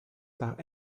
par